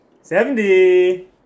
Seventy